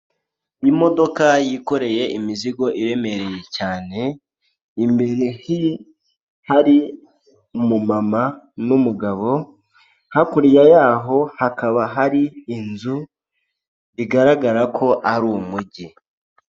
Imodoka yikoreye imizigo iremereye cyane imbere hari umumama numugabo hakurya yaho hakaba hari inzu bigaragara ko ari umugi.